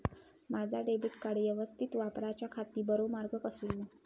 माजा debit card यवस्तीत वापराच्याखाती बरो मार्ग कसलो?